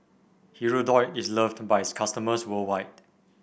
Hirudoid is loved by its customers worldwide